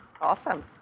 Awesome